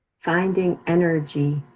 finding energy,